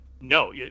no